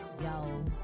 Yo